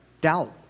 doubt